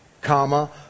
comma